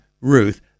Ruth